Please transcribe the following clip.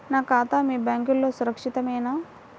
నా ఖాతా మీ బ్యాంక్లో సురక్షితమేనా?